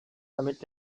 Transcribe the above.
damit